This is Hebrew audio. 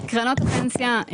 קרנות הפנסיה,